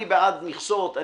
אני בעד מכסות,